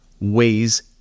weighs